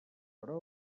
perol